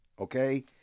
okay